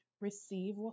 receive